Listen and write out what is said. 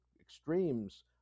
extremes